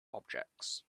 objects